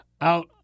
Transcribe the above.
out